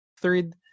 third